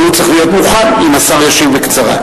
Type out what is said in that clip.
אבל הוא צריך להיות מוכן אם השר ישיב בקצרה.